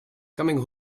coming